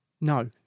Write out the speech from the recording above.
no